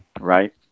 right